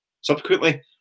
subsequently